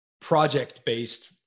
project-based